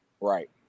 Right